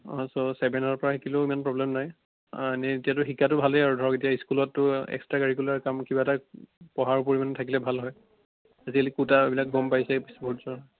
অ' চ' চেভেনৰ পৰা শিকিলেও ইমান প্ৰব্লেম নাই অ' এনেই এতিয়াটো শিকাটো ভালেই আৰু ধৰক এতিয়া স্কুলতটো এক্সট্ৰা কাৰিকুলাৰ কাম কিবা এটা পঢ়াৰ উপৰিও মানে থাকিলে ভাল হয় আজিকালি কোটাবিলাক গ'ম পাইছেই স্পৰ্টচৰ